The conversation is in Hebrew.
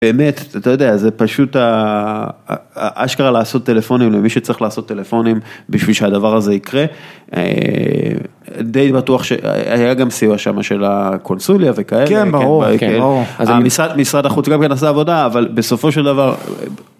באמת, אתה יודע, זה פשוט האשכרה לעשות טלפונים למי שצריך לעשות טלפונים בשביל שהדבר הזה יקרה. די בטוח שהיה גם סיוע שם של הקונסוליה וכאלה. כן, ברור. אז המשרד, משרד החוץ גם כן עשה עבודה, אבל בסופו של דבר...